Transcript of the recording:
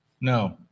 No